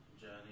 journey